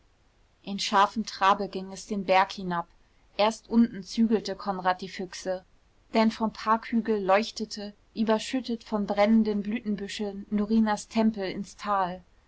in scharfem trabe ging es den berg hinab erst unten zügelte konrad die füchse denn vom parkhügel leuchtete überschüttet von brennenden blütenbüscheln norinas tempel ins tal